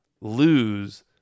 lose